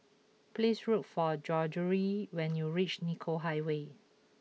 please look for Gregorio when you reach Nicoll Highway